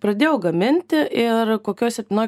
pradėjau gaminti ir kokioj septintoj